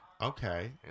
Okay